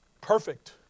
Perfect